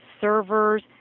servers